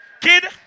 kid